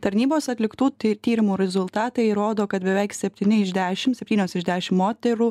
tarnybos atliktų tyrimų rezultatai rodo kad beveik septyni iš dešim septynios iš dešim moterų